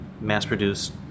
mass-produced